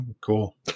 Cool